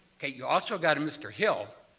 okay. you've also got a mr. hill.